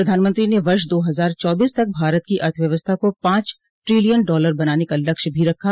प्रधानमंत्री ने वर्ष दो हज़ार चौबीस तक भारत की अर्थव्यवस्था को पाँच ट्रिलियन डालर बनाने का लक्ष्य भी रखा